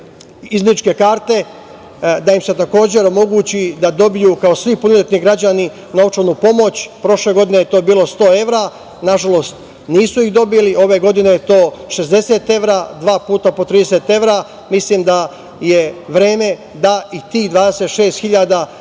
izbegličke karte da dobiju kao svi punoletni građani novčanu pomoć. Prošle godine je to bilo 100 evra. Nažalost, nisu ih dobili. Ove godine je to 60 evra, dva puta po 30 evra. Mislim da je vreme da i tih 26.000